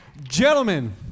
Gentlemen